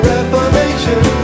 Reformation